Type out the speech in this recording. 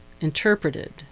interpreted